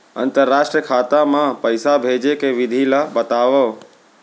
अंतरराष्ट्रीय खाता मा पइसा भेजे के विधि ला बतावव?